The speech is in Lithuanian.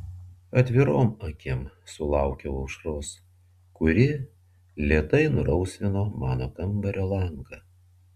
atvirom akim sulaukiau aušros kuri lėtai nurausvino mano kambario langą